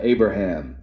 Abraham